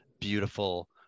beautiful